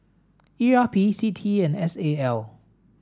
E R P C T E and S A L